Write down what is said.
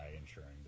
ensuring